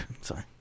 Sorry